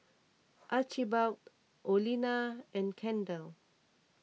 Archibald Olena and Kendal